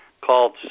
called